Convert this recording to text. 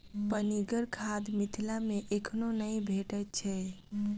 पनिगर खाद मिथिला मे एखनो नै भेटैत छै